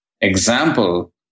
example